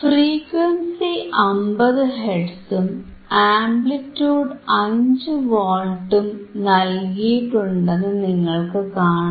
frequency 50 ഹെർട്സും amplitude 5 വോൾട്ടും നൽകിയിട്ടുണ്ടെന്നു നിങ്ങൾക്കു കാണാം